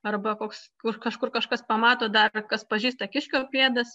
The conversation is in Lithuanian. arba koks kur kažkur kažkas pamato dar kas pažįsta kiškio pėdas